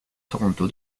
toronto